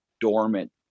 dormant